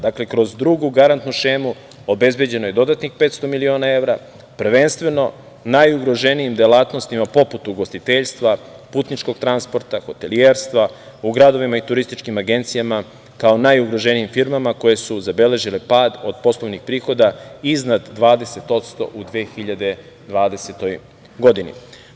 Dakle, kroz drugu garantnu šemu obezbeđeno je dodatnih 500 miliona evra, prvenstveno najugroženijim delatnostima poput ugostiteljstva, putničkog transporta, hotelijerstva, u gradovima i turističkim agencijama kao najugroženijim firmama koje su zabeležile pada od poslovnih prihoda iznad 20% u 2020. godini.